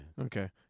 Okay